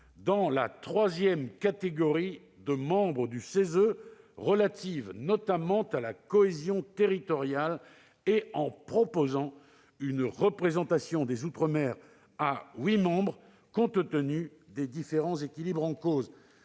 dans la troisième catégorie de membres du CESE relative notamment à la cohésion territoriale et en proposant une représentation des outre-mer à huit membres compte tenu des différents équilibres en cause.